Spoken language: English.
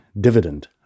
dividend